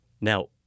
Now